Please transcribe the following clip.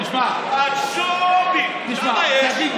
איך אמרת, לפיד,